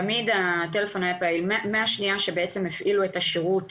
תמיד הטלפון היה פעיל, מהשניה שהפעילו את השירות